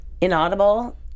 inaudible